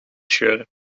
scheuren